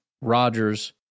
Rodgers